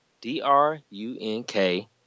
D-R-U-N-K